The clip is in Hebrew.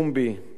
גלוי,